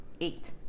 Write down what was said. eight